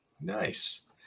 Nice